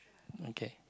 okay